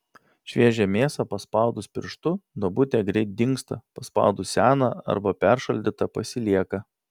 šviežią mėsą paspaudus pirštu duobutė greit dingsta paspaudus seną arba peršaldytą pasilieka